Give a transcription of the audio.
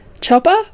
Chopper